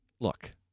look